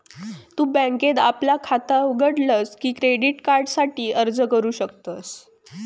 तु बँकेत आपला खाता उघडलस की क्रेडिट कार्डासाठी अर्ज करू शकतस